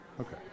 Okay